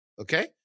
okay